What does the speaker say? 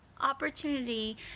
opportunity